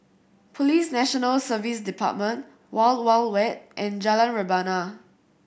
Police National Service Department Wild Wild Wet and Jalan Rebana